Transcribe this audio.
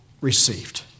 received